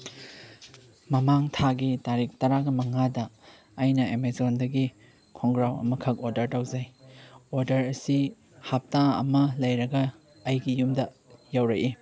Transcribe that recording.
ꯃꯃꯥꯡ ꯊꯥꯒꯤ ꯇꯥꯔꯤꯛ ꯇꯔꯥꯒ ꯃꯉꯥꯗ ꯑꯩꯅ ꯑꯥꯃꯥꯖꯣꯟꯗꯒꯤ ꯈꯣꯡꯒ꯭ꯔꯥꯎ ꯑꯃꯈꯛ ꯑꯣꯗꯔ ꯇꯧꯖꯩ ꯑꯣꯗꯔ ꯑꯁꯤ ꯍꯥꯞꯇꯥ ꯑꯃ ꯂꯩꯔꯒ ꯑꯩꯒꯤ ꯌꯨꯝꯗ ꯌꯧꯔꯛꯏ